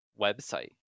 website